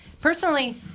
personally